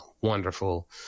wonderful